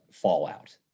fallout